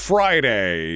Friday